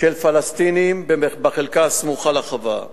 של פלסטינים בחלקה הסמוכה לחווה.